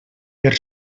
per